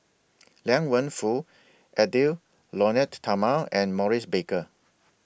Liang Wenfu Edwy Lyonet Talma and Maurice Baker